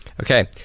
Okay